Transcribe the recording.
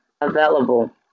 available